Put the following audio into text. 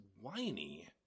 whiny